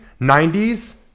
90s